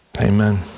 Amen